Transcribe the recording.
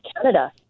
Canada